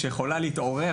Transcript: שחושב שהיא יכולה להתעורר